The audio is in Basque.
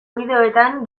bideoetan